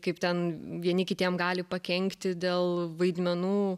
kaip ten vieni kitiem gali pakenkti dėl vaidmenų